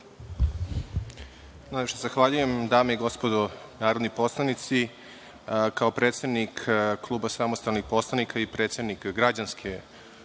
zahvaljujem. Dame i gospodo narodni poslanici, kao predsednik Kluba samostalnih poslanika i predsednik Građanske platforme,